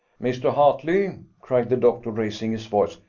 mr. hartley, cried the doctor, raising his voice,